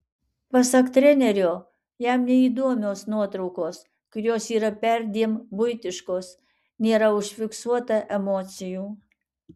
pasak trenerio jam neįdomios nuotraukos kurios yra perdėm buitiškos nėra užfiksuota emocijų